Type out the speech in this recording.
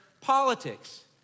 politics